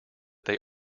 they